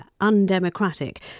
undemocratic